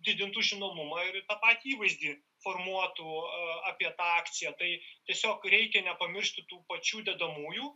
didintų žinomumą ir tą patį įvaizdį formuotų apie tą akciją tai tiesiog reikia nepamiršti tų pačių dedamųjų